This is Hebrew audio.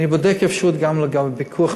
אני בודק אפשרות, גם בגלל ויכוח